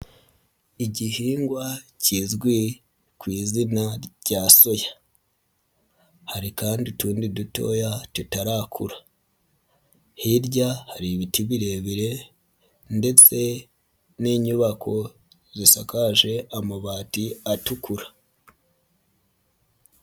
Igihingwa kizwi ku izina rya soya, hari kandi utundi dutoya tutarakura, hirya hari ibiti birebire ndetse n'inyubako zisakaje amabati atukura.